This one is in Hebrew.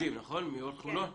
תלמידים מאורט חולון, נכון?